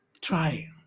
try